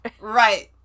Right